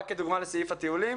רק כדוגמה לסעיף הטיולים,